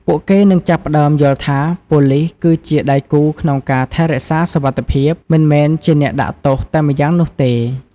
ពួកគេនឹងចាប់ផ្តើមយល់ថា ប៉ូលិសគឺជាដៃគូក្នុងការថែរក្សាសុវត្ថិភាព មិនមែនជាអ្នកដាក់ទោសតែម្យ៉ាងនោះទេ។